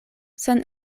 sen